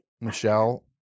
Michelle